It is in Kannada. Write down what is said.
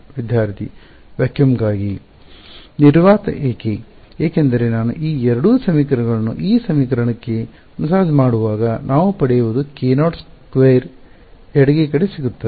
ವಿದ್ಯಾರ್ಥಿ ನಿರ್ವಾತಕ್ಕಾಗಿ ಗಾಗಿ ನಿರ್ವಾತ ಏಕೆ ಏಕೆಂದರೆ ನಾನು ಈ ಎರಡು ಸಮೀಕರಣಗಳನ್ನು ಈ ಸಮೀಕರಣಕ್ಕೆ ಮಸಾಜ್ ಮಾಡುವಾಗ ನಾನು ಪಡೆಯುವುದು Ko2ಎಡಗೈ ಕಡೆ ಸಿಗುತ್ತದೆ